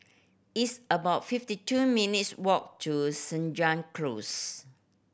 it's about fifty two minutes' walk to Senja Close